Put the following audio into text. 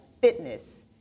fitness